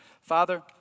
Father